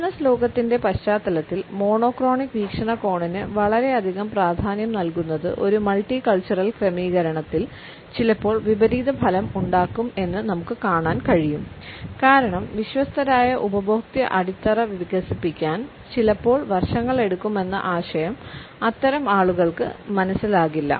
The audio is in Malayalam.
ബിസിനസ്സ് ലോകത്തിന്റെ പശ്ചാത്തലത്തിൽ മോണോക്രോണിക് വീക്ഷണകോണിന് വളരെയധികം പ്രാധാന്യം നൽകുന്നത് ഒരു മൾട്ടി കൾച്ചറൽ ക്രമീകരണത്തിൽ ചിലപ്പോൾ വിപരീതഫലം ഉണ്ടാക്കും എന്ന് നമുക്ക് കാണാൻ കഴിയും കാരണം വിശ്വസ്തരായ ഉപഭോക്തൃ അടിത്തറ വികസിപ്പിക്കാൻ ചിലപ്പോൾ വർഷങ്ങളെടുക്കുമെന്ന ആശയം അത്തരം ആളുകൾക്ക് മനസ്സിലാകില്ല